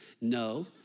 No